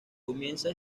comienza